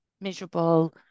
miserable